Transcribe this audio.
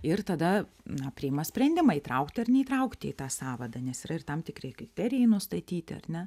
ir tada na priima sprendimą įtraukti ar neįtraukti į tą sąvadą nes yra ir tam tikri kriterijai nustatyti ar ne